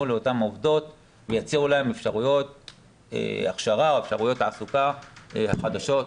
לאותן עובדות ויציעו להן אפשרויות הכשרה או אפשרויות תעסוקה חדשות.